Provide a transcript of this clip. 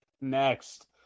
next